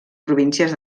províncies